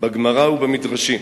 בגמרא ובמדרשים: